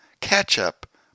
ketchup